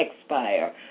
expire